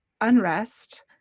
unrest